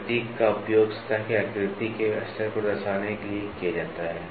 प्रतीक का उपयोग सतह के आकृति के स्तर को दर्शाने के लिए किया जाता है